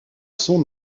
son